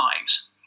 lives